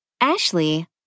Ashley